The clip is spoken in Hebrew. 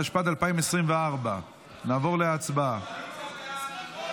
התשפ"ד 2024. נעבור להצבעה.